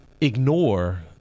Ignore